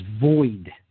void